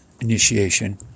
initiation